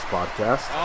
Podcast